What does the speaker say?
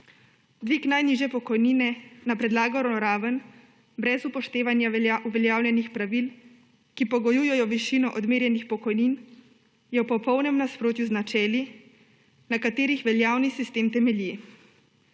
Dvig najnižje pokojnine na predlagano raven brez upoštevanja uveljavljenih pravil, ki pogojujejo višino odmerjenih pokojnin, je v popolnem nasprotju z načeli, na katerih veljavni sistem temelji.